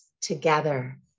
together